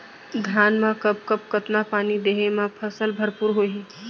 धान मा कब कब कतका पानी देहे मा फसल भरपूर होही?